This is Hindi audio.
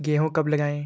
गेहूँ कब लगाएँ?